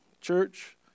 church